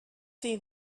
see